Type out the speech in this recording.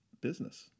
business